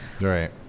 Right